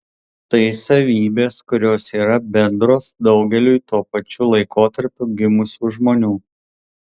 tai savybės kurios yra bendros daugeliui tuo pačiu laikotarpiu gimusių žmonių